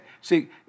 See